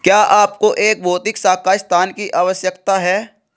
क्या आपको एक भौतिक शाखा स्थान की आवश्यकता है?